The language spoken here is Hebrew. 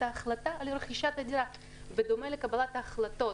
ההחלטה על רכישת הדירה בדומה לקבלת ההחלטות